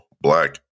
black